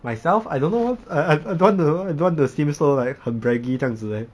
myself I don't know I I I don't want to I don't want to seem so like 很 braggy 这样子 leh